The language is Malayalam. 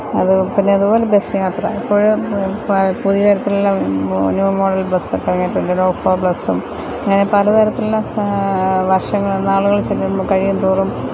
അതു പിന്നെ അതുപോലെ ബസ് യാത്ര അപ്പോൾ പ പുതിയ തരത്തിലുള്ള മു ന്യൂ മോഡല് ബസ്സൊക്കെ ഇറങ്ങിയിട്ടുണ്ട് ലോ ഫ്ലോര് ബസ്സും അങ്ങനെ പല തരത്തിലുള്ള സ വര്ഷങ്ങൾ നാളുകള് ചെല്ലുമ്പം കഴിയും തോറും